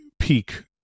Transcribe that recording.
peak